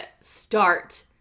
start